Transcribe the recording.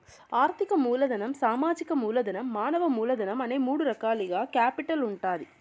ఆర్థిక మూలధనం, సామాజిక మూలధనం, మానవ మూలధనం అనే మూడు రకాలుగా కేపిటల్ ఉంటాది